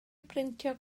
brintio